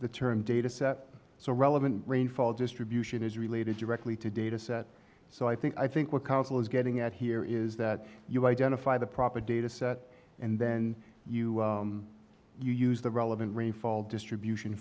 the term data set so relevant rainfall distribution is related directly to data set so i think i think what counsel is getting at here is that you identify the proper data set and then you use the relevant rainfall distribution